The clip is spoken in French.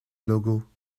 logo